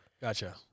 Gotcha